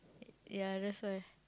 ya that's why